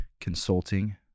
Consulting